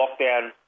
lockdown